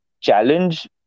challenge